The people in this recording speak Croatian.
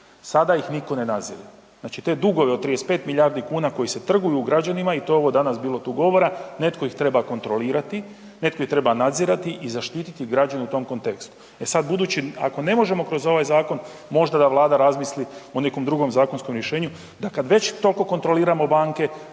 sada ih nitko ne nadzire. Znači te dugove od 35 milijardi kuna koji se trguju građanima i to je ovo danas bilo tu govora netko ih treba kontrolirati, netko ih treba nadzirati i zaštiti građane u tom kontekstu. E sad budući ako ne možemo kroz ovaj zakon, možda da Vlada razmisli o nekom drugom zakonskom rješenju da kad već toliko kontroliramo banke